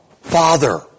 Father